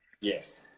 Yes